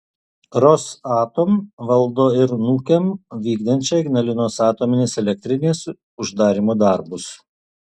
rosatom valdo ir nukem vykdančią ignalinos atominės elektrinės uždarymo darbus